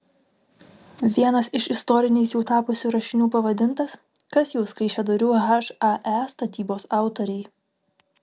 vienas iš istoriniais jau tapusių rašinių pavadintas kas jūs kaišiadorių hae statybos autoriai